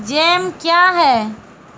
Jam क्या हैं?